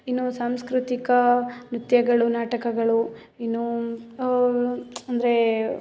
ಇನ್ನು ಸಾಂಸ್ಕೃತಿಕ ನೃತ್ಯಗಳು ನಾಟಕಗಳು ಇನ್ನೂ ಅಂದ್ರೆ